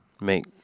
make